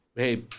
Hey